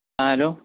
ہاں ہیلو